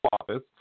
office